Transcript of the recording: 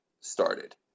started